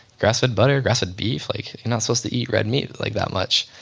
grass fed butter, grass fed beef. like you're not supposed to eat red meat like that much.